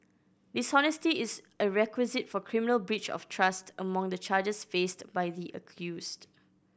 dishonesty is a requisite for criminal breach of trust among the charges faced by the accused